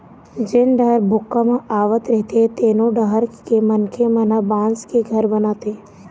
जेन डहर भूपंक ह आवत रहिथे तेनो डहर के मनखे मन ह बांस के घर बनाथे